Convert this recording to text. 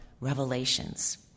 revelations